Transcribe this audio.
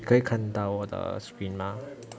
可以看到我的 screen mah